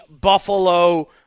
Buffalo